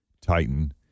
Titan